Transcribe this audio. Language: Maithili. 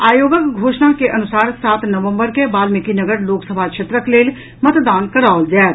आयोगक घोषणा के अनुसार सात नवम्बर के वाल्मीकिनगर लोकसभा क्षेत्रक लेल मतदान कराओल जायत